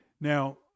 Now